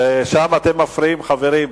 ושם אתם מפריעים, חברים.